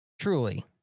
truly